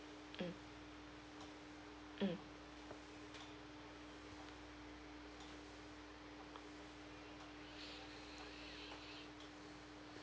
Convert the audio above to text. mm mm